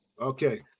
Okay